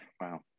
wow